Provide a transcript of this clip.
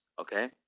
Okay